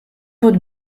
would